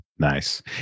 nice